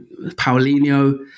Paulinho